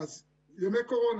אז ימי קורונה.